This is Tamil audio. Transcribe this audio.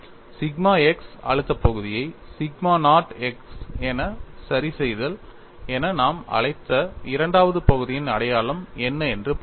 சிக்மா x அழுத்த பகுதியை சிக்மா நாட் x என சரிசெய்தல் என நாம் அழைத்த இரண்டாவது பகுதியின் அடையாளம் என்ன என்று பார்ப்போம்